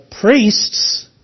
priests